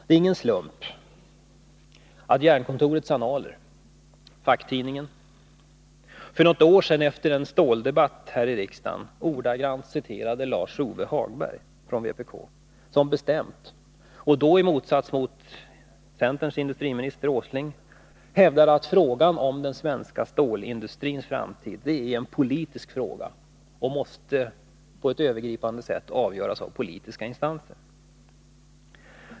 Det är ingen slump att Jernkontorets Annaler med Bergsmannen, facktidningen, för något år sedan efter en ståldebatt här i riksdagen ordagrant citerade Lars-Ove Hagberg från vpk. I motsats till centerns industriminister Åsling hävdade han bestämt att frågan om den svenska stålindustrins framtid är en politisk fråga som övergripande måste avgöras av politiska instanser.